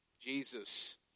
Jesus